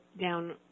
down